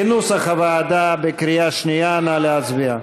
כנוסח הוועדה, בקריאה שנייה, נא להצביע.